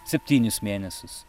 septynis mėnesius